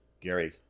Gary